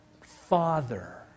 father